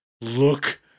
Look